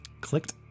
clicked